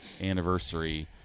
anniversary